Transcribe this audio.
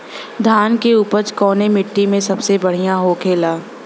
धान की उपज कवने मिट्टी में सबसे बढ़ियां होखेला?